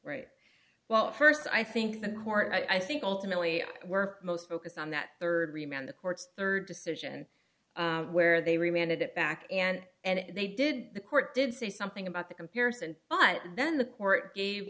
right well st i think the court i think ultimately we're most focused on that rd remain the court's rd decision where they reminded it back and and they did the court did say something about the comparison but then the court gave